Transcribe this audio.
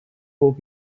will